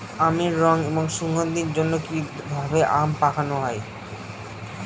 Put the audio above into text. আমের রং এবং সুগন্ধির জন্য কি ভাবে আম পাকানো হয়?